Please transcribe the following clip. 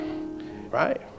right